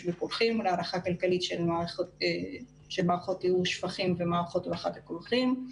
בקולחים ולהערכה כלכלית של מערכות טיהור שפכים ומערכות להולכת הקולחים.